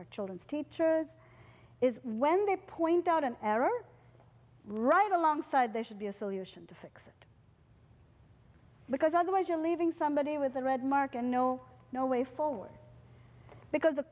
our children's teachers is when they point out an error right alongside there should be a solution to fix because otherwise you're leaving somebody with a red mark and no no way forward because